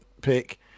pick